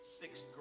sixth